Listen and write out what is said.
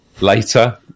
later